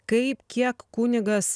kaip kiek kunigas